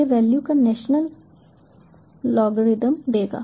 यह वैल्यू का national logarithm देगा